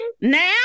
now